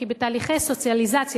כי בתהליכי סוציאליזציה,